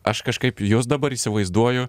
aš kažkaip jus dabar įsivaizduoju